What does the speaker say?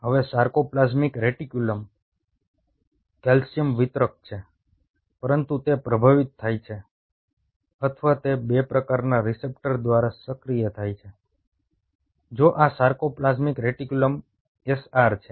હવે sarcoplasmic reticulum calcium વિતરક છે પરંતુ તે પ્રભાવિત થાય છે અથવા તે 2 પ્રકારના રીસેપ્ટર દ્વારા સક્રિય થાય છે જો આ સાર્કોપ્લાઝમિક રેટિક્યુલમ SR છે